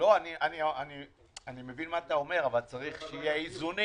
אני מבין את מה שאתה אומר אבל צריך שיהיו איזונים.